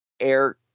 air